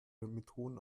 methoden